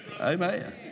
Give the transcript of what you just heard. Amen